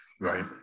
right